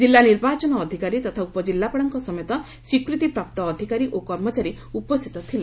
କିଲ୍ଲା ନିର୍ବାଚନ ଅଧିକାରୀ ତଥା ଉପଜିଲ୍ଲାପାଳଙ୍କ ସମେତ ସ୍ୱୀକୃତିପ୍ରାପ୍ତ ଅଧିକାରୀ ଓ କର୍ମଚାରୀ ଉପସ୍ଥିତ ଥିଲେ